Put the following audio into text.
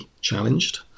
challenged